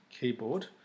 keyboard